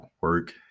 work